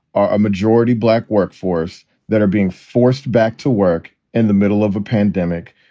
are a majority black workforce that are being forced back to work in the middle of a pandemic,